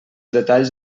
detalls